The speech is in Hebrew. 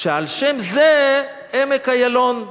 שעל שם זה עמק איילון,